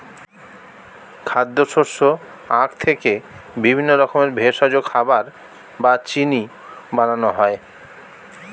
খাদ্য, শস্য, আখ থেকে বিভিন্ন রকমের ভেষজ, খাবার বা চিনি বানানো হয়